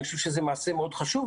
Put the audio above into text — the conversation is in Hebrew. אני חושב שזה מעשה מאוד חשוב.